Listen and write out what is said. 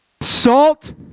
Salt